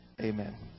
Amen